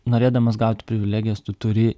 norėdamas gauti privilegijas tu turi